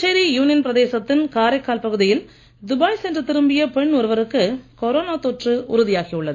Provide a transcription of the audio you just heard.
Puducherry union பிரதேசத்தின் காரைக்கால் பகுதியில் Dubai சென்று திரும்பிய பெண் ஒருவருக்கு கொரோனா தொற்று உறுதியாகி உள்ளது